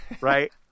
right